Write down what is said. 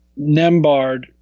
nembard